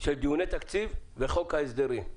של דיוני תקציב וחוק ההסדרים.